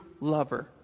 lover